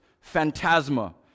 Phantasma